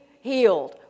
healed